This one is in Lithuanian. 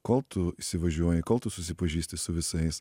kol tu įsivažiuoji kol tu susipažįsti su visais